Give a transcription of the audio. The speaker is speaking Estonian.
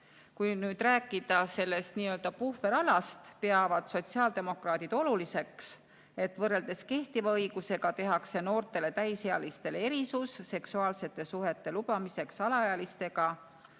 Kui nüüd rääkida sellest puhveralast, siis sotsiaaldemokraadid peavad oluliseks, et võrreldes kehtiva õigusega tehtaks noortele täisealistele erisus seksuaalsete suhete lubamiseks alaealistega.